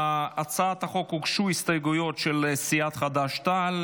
להצעת החוק הוגשו הסתייגויות של סיעת חד"ש-תע"ל.